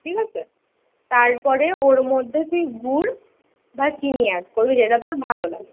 ঠিক আছে তারপরে ওর মধ্যে তুই গুড় বা চিনি অ্যাড করবি যেটা তোর ভালো লাগে